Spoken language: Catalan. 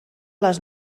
les